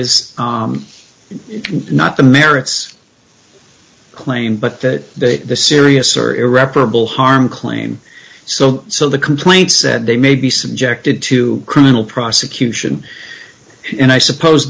is not the merits claim but the the serious or irreparable harm claim so so the complaint said they may be subjected to criminal prosecution and i suppose